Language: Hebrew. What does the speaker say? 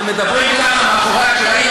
אתם מדברים ככה מאחורי הקלעים,